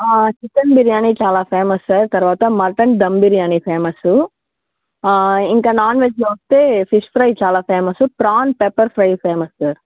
chicken biryani చాలా famous sir తరువాత mutton dum biryani famous ఇంకా నాన్ వెజ్లో వస్తే ఫిష్ ఫ్రై చాలా famous prawn pepper fry famous sir